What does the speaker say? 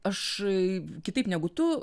aš kitaip negu tu